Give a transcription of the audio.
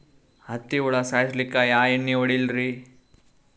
ಹತ್ತಿ ಹುಳ ಸಾಯ್ಸಲ್ಲಿಕ್ಕಿ ಯಾ ಎಣ್ಣಿ ಹೊಡಿಲಿರಿ?